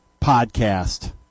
podcast